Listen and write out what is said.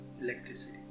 Electricity